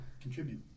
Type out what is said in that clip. Contribute